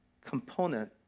component